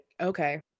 Okay